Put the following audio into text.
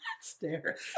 stairs